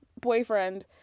boyfriend